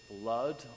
blood